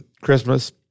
Christmas